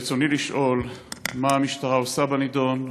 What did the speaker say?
רצוני לשאול: 1. מה המשטרה עושה בנדון?